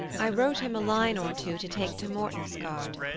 i wrote him a line or two to take to mortensgaard.